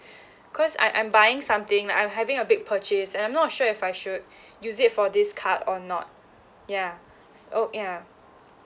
cause I I'm buying something like I'm having a big purchase and I'm not sure if I should use it for this card or not ya oh ya